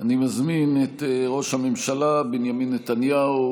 אני מזמין את ראש הממשלה בנימין נתניהו